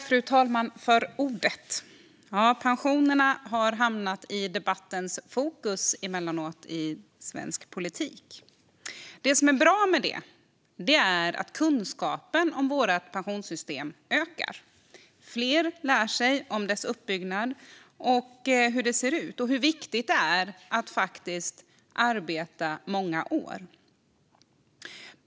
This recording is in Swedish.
Fru talman! Pensionerna har emellanåt hamnat i fokus i den svenska politiska debatten. Det som är bra med det är att kunskapen om vårt pensionssystem ökar. Fler lär sig om dess uppbyggnad, hur det ser ut och hur viktigt det är att arbeta många år.